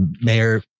mayor